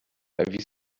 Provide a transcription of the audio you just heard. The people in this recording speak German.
erwies